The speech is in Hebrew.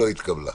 הצבעה